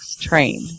Train